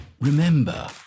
Remember